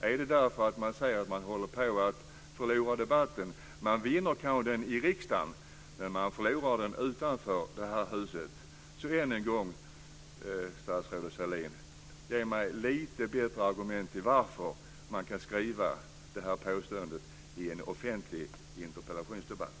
Är det därför att man ser att man håller på att förlora debatten? Man kanske vinner den i riksdagen, men man förlorar den utanför riksdagshuset. Än en gång, statsrådet Sahlin: Ge mig lite bättre argument till varför man kan skriva detta påstående i ett svar i en offentlig interpellationsdebatt.